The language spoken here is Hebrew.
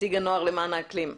נציג הנוער למען האקלים,